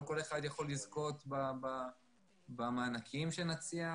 לא כל אחד יכול לזכות במענקים שנציע,